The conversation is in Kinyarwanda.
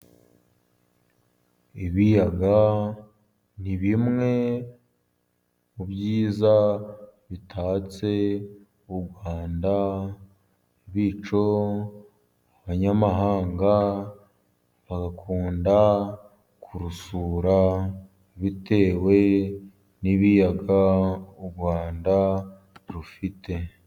Ibiyaga ni bimwe mu byiza bitatse u Rwanda. Bityo abanyamahanga bagakunda kurusura, bitewe n'ibiyaga u Rwanda rufite.